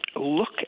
look